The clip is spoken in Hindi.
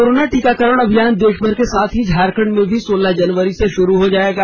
कोरोना टीकाकरण अभियान देशभर के साथ ही झारखंड में भी सोलह जनवरी से शुरू हो जाएगा